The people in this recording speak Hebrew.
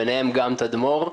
ביניהם גם תדמור.